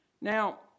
Now